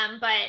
but-